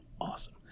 awesome